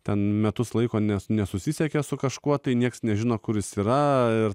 ten metus laiko nes nesusisiekė su kažkuo tai niekas nežino kuris yra ir